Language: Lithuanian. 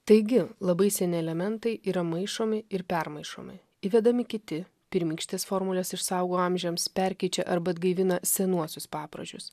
taigi labai seni elementai yra maišomi ir permaišomi įvedami kiti pirmykštes formules išsaugo amžiams perkeičia arba atgaivina senuosius papročius